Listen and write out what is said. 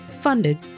funded